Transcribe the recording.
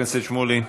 חבר הכנסת שמולי,